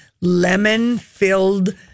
lemon-filled